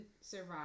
survive